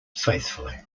faithfully